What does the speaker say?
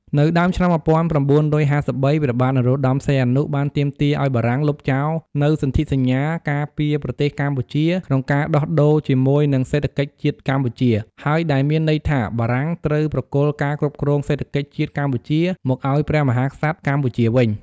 នៅដើមឆ្នាំ ១៩៥៣ ព្រះបាទនរោត្តសីហនុ បានទាមទារឱ្យបារាំងលុបចោលនូវសន្ធិសញ្ញាការពារប្រទេសកម្ពុជា ក្នុងការដោះដូរជាមួយនិងសេដ្ឋកិច្ចជាតិកម្ពុជា ហើយដែលមានន័យថាបារាំងត្រូវប្រគល់ការគ្រប់គ្រងសេដ្ឋកិច្ចជាតិកម្ពុជា មកឱ្យព្រះមហាក្សត្រកម្ពុជាវិញ ។